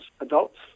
adults